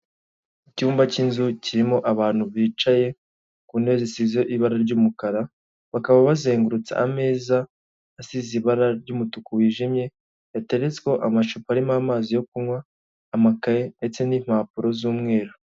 Icyumba cy'inzu kirimo abantu bicaye ku ntebe zisize ibara ry'umukara, bakaba bazengurutse ameza asize ibara ry'umutuku wijimye, yateretsweho amacupa arimo amazi yo kunywa, amakaye ndetse n'impapuro z'umweru.